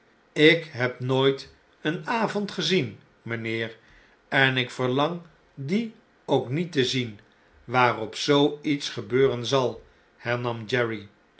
ik heb nooit een avond gezien rmjnheer en ik verlang dien ook niet te zien waarop zoo iets gebeuren zal